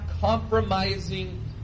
compromising